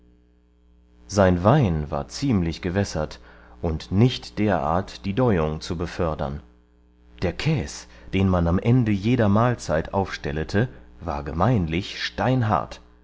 sein wein war ziemlich gewässert und nicht derart die däuung zu befördern der käs den man am ende jeder mahlzeit aufstellete war gemeinlich steinhart